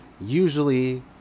Usually